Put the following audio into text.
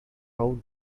how